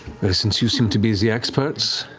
since you seem to be the experts.